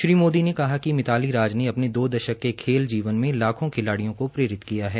श्री मोदी ने कहा कि मिताली राज ने अपने दो दशक के खेल जीवन मे लाखों खिलाडियों को प्रेरित किया है